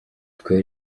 twe